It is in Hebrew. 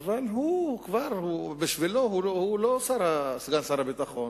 אבל הוא כבר לא סגן שר הביטחון,